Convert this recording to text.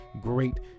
great